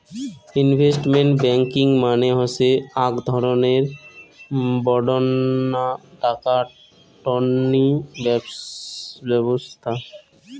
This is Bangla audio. ইনভেস্টমেন্ট ব্যাংকিং মানে হসে আক ধরণের বডঙ্না টাকা টননি ব্যবছস্থা